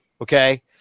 okay